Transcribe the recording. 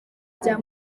bya